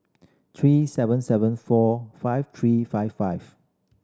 three seven seven four five three five five